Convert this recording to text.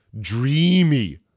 dreamy